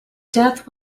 death